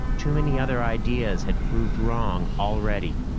too many other ideas had proved wrong already.